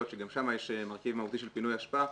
שגם שם יש מרכיב מהותי של פינוי אשפה,